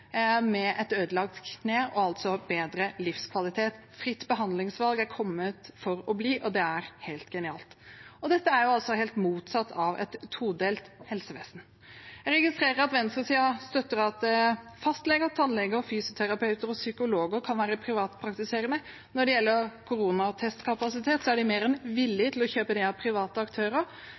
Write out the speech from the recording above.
med et ødelagt kne og altså bedre livskvalitet. Fritt behandlingsvalg er kommet for å bli, og det er helt genialt. Dette er altså helt motsatt av et todelt helsevesen. Jeg registrerer at venstresiden støtter at fastleger, tannleger, fysioterapeuter og psykologer kan være privatpraktiserende. Når det gjelder koronatestkapasitet, er de mer enn villige til å kjøpe det av private aktører,